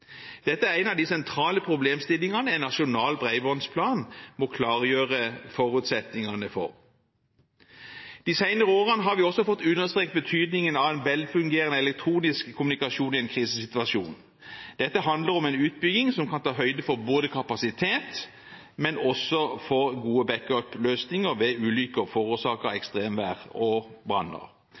Dette er en av de sentrale problemstillingene en nasjonal bredbåndsplan må klargjøre forutsetningene for. De senere årene har vi også fått understreket betydningen av velfungerende elektronisk kommunikasjon i en krisesituasjon. Dette handler om en utbygging som kan ta høyde for både kapasitet og gode backup-løsninger ved ulykker forårsaket av ekstremvær og branner.